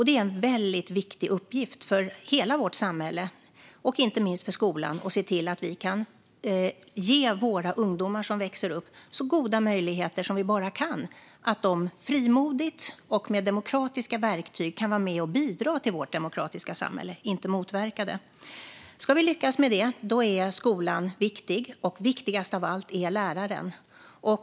Det är en väldigt viktig uppgift för hela vårt samhälle, inte minst för skolan, att se till att vi kan ge våra ungdomar som växer upp så goda möjligheter som vi bara kan att frimodigt och med demokratiska verktyg vara med och bidra till vårt demokratiska samhälle, inte motverka det. Ska vi lyckas med det är skolan viktig, och viktigast av allt är läraren.